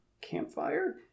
campfire